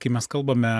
kai mes kalbame